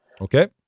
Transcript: Okay